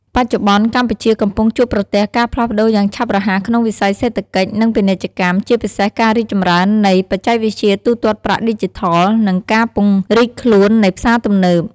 បច្ចុប្បន្ន កម្ពុជាកំពុងជួបប្រទះការផ្លាស់ប្តូរយ៉ាងឆាប់រហ័សក្នុងវិស័យសេដ្ឋកិច្ច និងពាណិជ្ជកម្ម ជាពិសេសការរីកចម្រើននៃ បច្ចេកវិទ្យាទូទាត់ប្រាក់ឌីជីថល និង ការពង្រីកខ្លួននៃផ្សារទំនើប។